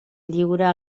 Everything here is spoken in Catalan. lliura